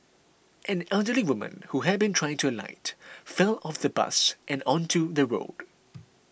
an elderly woman who had been trying to alight fell off the bus and onto the road